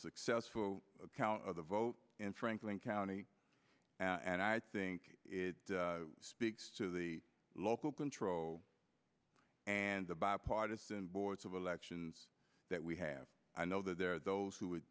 successful account of the vote in franklin county and i think it speaks to the local control and the bipartisan boards of elections that we have i know that there are those who would